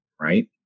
right